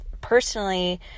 personally